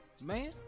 man